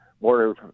more